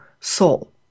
soul